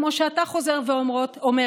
כמו שאתה חוזר ואומר,